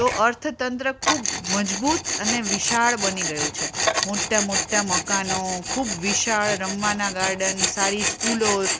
તો અર્થતંત્ર ખૂબ મજબૂત અને વિશાળ બની ગયું છે મોટા મોટા મકાનો ખૂબ વિશાળ રમવાનાં ગાર્ડન સારી સ્કૂલો